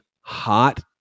hot